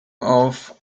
auf